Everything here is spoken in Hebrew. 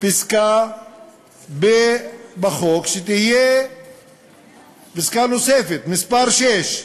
פסקה בחוק, שתהיה פסקה נוספת, מס' (6):